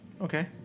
Okay